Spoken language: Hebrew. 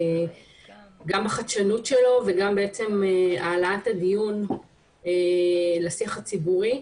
גם החדשנות שלו וגם העלאת הדיון לשיח הציבורי.